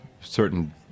certain